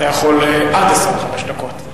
אתה יכול עד 25 דקות.